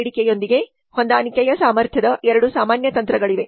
ಬೇಡಿಕೆಯೊಂದಿಗೆ ಹೊಂದಾಣಿಕೆಯ ಸಾಮರ್ಥ್ಯದ ಎರಡು ಸಾಮಾನ್ಯ ತಂತ್ರಗಳಿವೆ